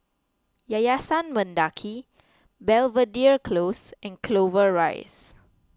Yayasan Mendaki Belvedere Close and Clover Rise